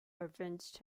avenged